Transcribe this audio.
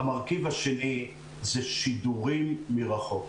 המרכיב השני זה שידורים מרחוק.